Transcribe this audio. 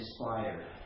inspired